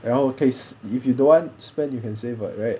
然后 case if you don't want spend you can save [what] right